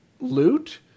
loot